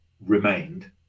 remained